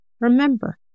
Remember